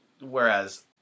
Whereas